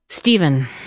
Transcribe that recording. Stephen